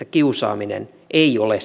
kiusaaminen ei ole